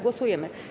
Głosujemy.